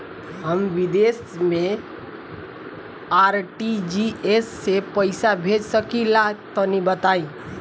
हम विदेस मे आर.टी.जी.एस से पईसा भेज सकिला तनि बताई?